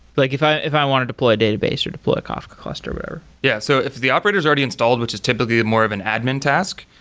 like if i if i wanted to play a database, or deploy a kafka cluster but there? yeah, so if the operator is already installed, which is typically more of an admin task,